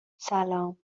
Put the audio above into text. سلام